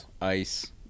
ice